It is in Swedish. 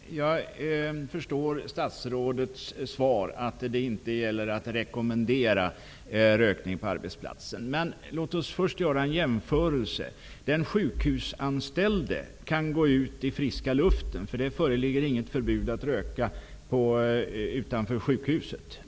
Fru talman! Jag förstår av statsrådets svar att det inte är fråga om att rekommendera rökning på arbetsplatsen. Låt oss först göra en jämförelse. Den sjukhusanställde kan gå ut i friska luften. Det föreligger inte något förbud att röka utanför sjukhuset.